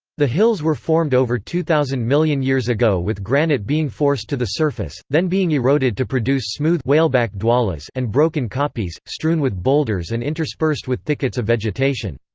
the hills were formed over two thousand million years ago with granite being forced to the surface, then being eroded to produce smooth whaleback dwalas and broken kopjes, strewn with boulders and interspersed with thickets of vegetation.